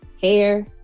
hair